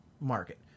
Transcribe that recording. market